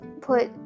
put